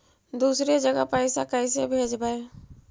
दुसरे जगह पैसा कैसे भेजबै?